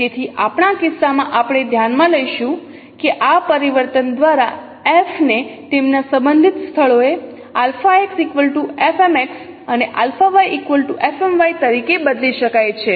અને તેથી આપણા કિસ્સામાંઆપણે ધ્યાનમાં લઈશું કે આ પરિવર્તન દ્વારા f ને તેમના સંબંધિત સ્થળોએ અને તરીકે બદલી શકાય છે